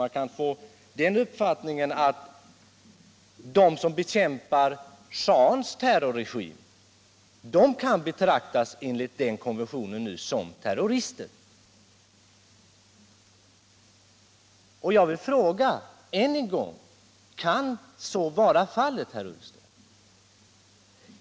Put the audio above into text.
Man kan få den uppfattningen att de som bekämpar schahens terrorregim kan betraktas som terrorister enligt den konventionen. Jag vill än en gång fråga: Kan så vara fallet, herr Ullsten?